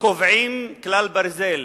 קובעים כלל ברזל